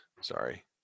Sorry